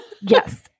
Yes